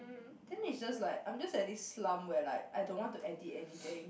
then it's just like I'm just at this slump where like I don't want to edit anything